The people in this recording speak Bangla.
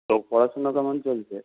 তোর পড়াশোনা কেমন চলছে